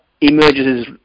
emerges